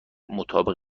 مطابق